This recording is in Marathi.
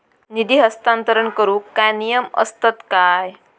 निधी हस्तांतरण करूक काय नियम असतत काय?